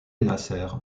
nasr